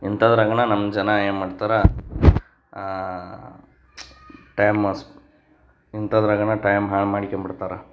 ಇಂಥದ್ರಗ ನಮ್ಮ ಜನ ಏನು ಮಾಡ್ತಾರೆ ಟೈಮ್ ಸ್ ಇಂಥದ್ರಗ ಟೈಮ್ ಹಾಳು ಮಾಡ್ಕಂಬಿಡ್ತಾರ